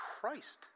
Christ